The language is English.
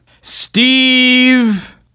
Steve